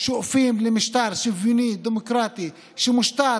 שואפים למשטר שוויוני דמוקרטי שמושתת